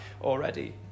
already